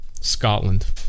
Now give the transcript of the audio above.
Scotland